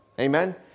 Amen